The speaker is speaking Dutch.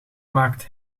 maakt